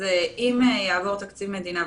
אם יעבור תקציב מדינה,